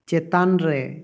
ᱪᱮᱛᱟᱱ ᱨᱮ